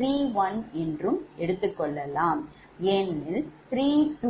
ஏனெனில் 32 𝛿3 𝛿2 𝛿2